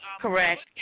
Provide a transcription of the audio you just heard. correct